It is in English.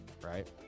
right